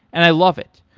and i love it.